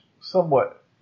somewhat